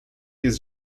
jest